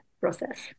process